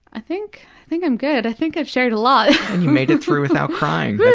i think think i'm good, i think i've shared a lot. you made it through without crying,